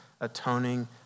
atoning